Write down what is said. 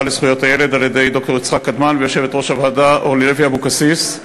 לזכויות הילד על-ידי ד"ר יצחק קדמן ויושבת-ראש הוועדה אורלי לוי אבקסיס.